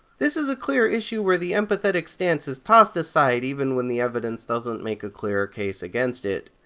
this is a clear issue where the empathetic stance is tossed aside even when the evidence doesnt make a clear case against it.